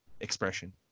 expression